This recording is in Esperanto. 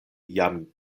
jam